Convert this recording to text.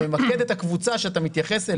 זה ממקד את הקבוצה שאתה מתייחס אליה.